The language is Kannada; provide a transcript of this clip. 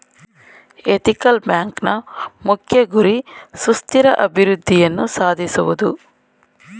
ಎಥಿಕಲ್ ಬ್ಯಾಂಕ್ನ ಮುಖ್ಯ ಗುರಿ ಸುಸ್ಥಿರ ಅಭಿವೃದ್ಧಿಯನ್ನು ಸಾಧಿಸುವುದು